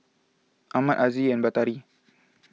Ahmad Aziz and Batari